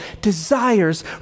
desires